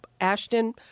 Ashton